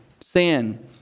sin